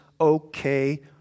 okay